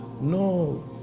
No